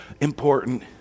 important